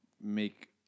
make